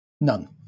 None